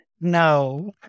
No